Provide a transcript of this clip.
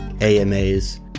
AMAs